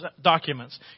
documents